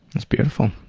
that's beautiful.